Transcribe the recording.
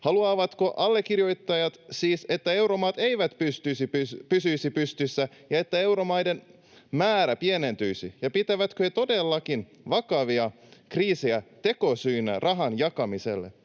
Haluavatko allekirjoittajat siis, että euromaat eivät pysyisi pystyssä ja että euromaiden määrä pienentyisi? Ja pitävätkö he todellakin vakavia kriisejä tekosyinä rahan jakamiselle?